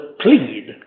plead